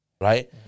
Right